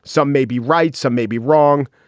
some may be right. some may be wrong.